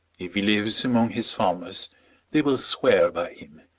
if he lives among his farmers they will swear by him,